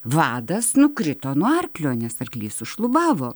vadas nukrito nuo arklio nes arklys sušlubavo